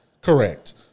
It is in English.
Correct